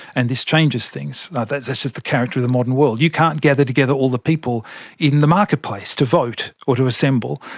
and this changes things. that's just the character of the modern world. you can't gather together all the people in the marketplace to vote or to assemble,